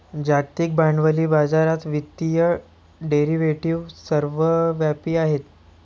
जागतिक भांडवली बाजारात वित्तीय डेरिव्हेटिव्ह सर्वव्यापी आहेत